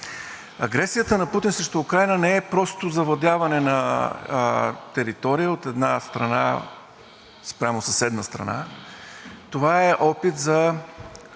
Агресията на Путин срещу Украйна не е просто завладяване на територия от една страна спрямо съседна страна. Това е опит изобщо